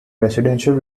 residential